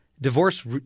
divorce